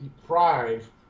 deprive